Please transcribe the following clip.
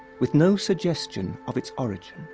with no suggestion of its origin.